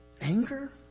Anger